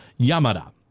Yamada